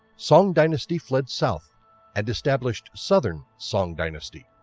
song dynasty fled south and established southern song dynasty.